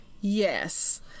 Yes